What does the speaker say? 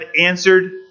answered